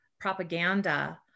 propaganda